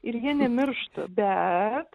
ir jie nemiršta bet